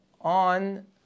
on